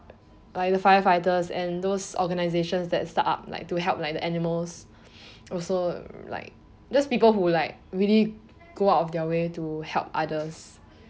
like the firefighters and those organisations that start up like to help like the animals also like these people who like really go out of their way to help others